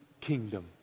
kingdom